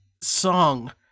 song